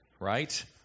right